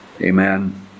Amen